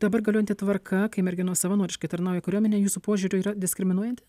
dabar galiojanti tvarka kai merginos savanoriškai tarnauja kariuomenėj jūsų požiūriu yra diskriminuojanti